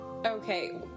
okay